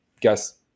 guess